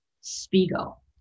Spiegel